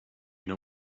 know